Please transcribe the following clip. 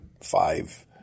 five